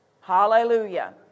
Hallelujah